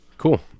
Cool